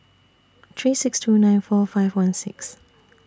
three six two nine four five one six